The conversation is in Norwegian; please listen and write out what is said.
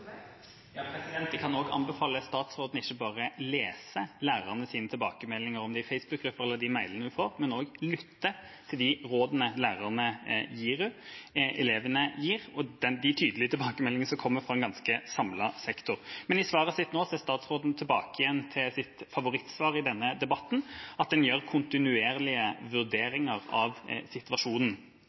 Jeg kan også anbefale statsråden ikke bare lese lærernes tilbakemeldinger, om det er Facebook-grupper eller de mailene hun får, men også lytte til de rådene lærerne og elevene gir, og de tydelige tilbakemeldingene som kommer fra en ganske samlet sektor. I svaret sitt nå går statsråden tilbake igjen til sitt favorittsvar i denne debatten – at en gjør kontinuerlige vurderinger av situasjonen.